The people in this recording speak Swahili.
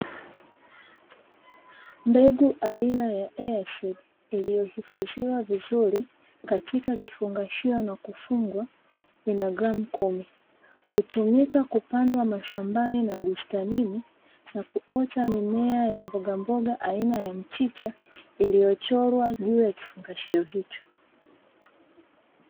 Mbegu aina ya "EASEED" iliyohifadhiwa vizuri katika kifungashio na kufungwa ina gramu kumi. Hutumika kupandwa mashambani na bustanini na kuota mimea ya mbogamboga aina ya mchicha iliyochorwa juu ya kifungashio hicho.